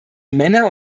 männer